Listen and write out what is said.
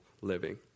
living